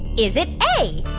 is it a,